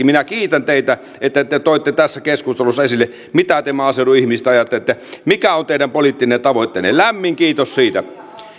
minä kiitän teitä että te toitte tässä keskustelussa esille mitä te maaseudun ihmisistä ajattelette ja mikä on teidän poliittinen tavoitteenne lämmin kiitos siitä